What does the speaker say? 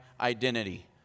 identity